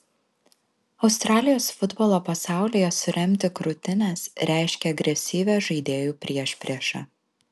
australijos futbolo pasaulyje suremti krūtines reiškia agresyvią žaidėjų priešpriešą